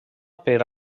per